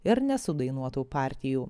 ir nesudainuotų partijų